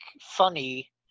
funny